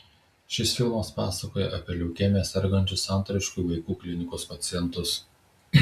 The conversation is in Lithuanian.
šis filmas pasakoja apie leukemija sergančius santariškių vaikų klinikos pacientus